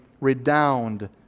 redound